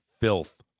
filth